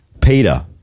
Peter